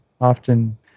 often